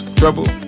trouble